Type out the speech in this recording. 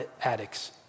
addicts